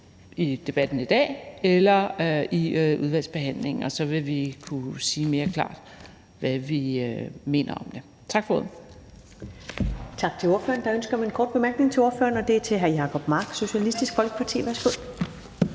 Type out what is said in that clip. i debatten i dag eller i udvalgsbehandlingen, og så vil vi kunne sige mere klart, hvad vi mener om det. Tak for ordet.